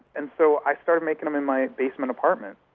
and so i started making them in my basement apartment.